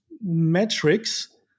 metrics